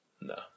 No